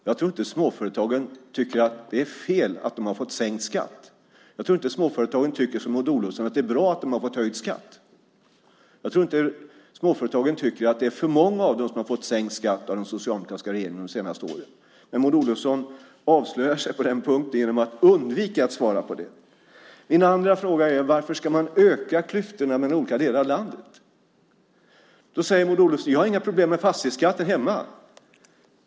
Jag tror inte att småföretagen tycker att det är fel att de har fått sänkt skatt. Jag tror inte att småföretagen tycker som Maud Olofsson att det är bra att de har fått höjd skatt. Jag tror inte småföretagen tycker att det är för många av dem som har fått sänkt skatt av den socialdemokratiska regeringen de senaste åren. Men Maud Olofsson avslöjar sig på den punkten genom att undvika att svara på detta. Min andra fråga var: Varför ska man öka klyftorna mellan olika delar av landet? Då säger Maud Olofsson: Jag har inga problem med fastighetsskatten hemma.